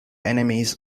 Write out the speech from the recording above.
enemies